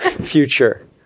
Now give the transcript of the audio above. future